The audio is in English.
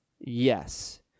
Yes